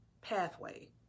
pathway